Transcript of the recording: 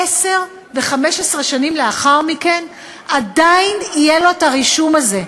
עשר ו-15 שנים לאחר מכן עדיין יהיה לו הרישום הזה.